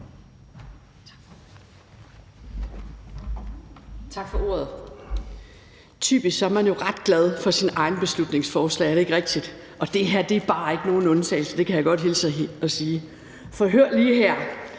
Tak for ordet. Typisk er man jo ret glad for sine egne beslutningsforslag – er det ikke rigtigt? – og det her er bare ikke nogen undtagelse, kan jeg godt hilse at sige. For hør lige her: